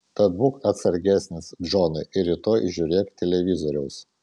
tad būk atsargesnis džonai ir rytoj žiūrėk televizoriaus